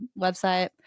website